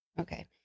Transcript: Okay